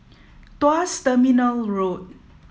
Tuas Terminal Road